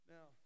Now